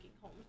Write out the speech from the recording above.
home